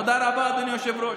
תודה רבה, אדוני היושב-ראש.